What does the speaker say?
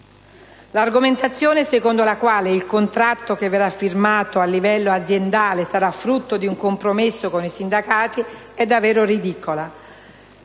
L'argomentazione secondo la quale il contratto che verrà firmato a livello aziendale sarà frutto di un compromesso con i sindacati è ridicola.